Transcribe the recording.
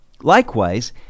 Likewise